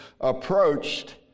approached